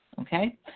Okay